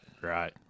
Right